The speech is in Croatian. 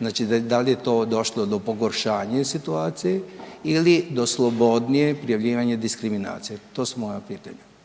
znači dal je to došlo do pogoršanja situacije ili do slobodnijeg prijavljivanja diskriminacije? To su moja pitanja.